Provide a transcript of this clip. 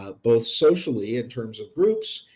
ah both socially in terms of groups,